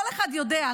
כל אחד יודע,